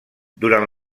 durant